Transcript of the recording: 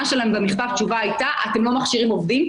שלהם במכתב תשובה הייתה "אתם לא מכשירים עובדים.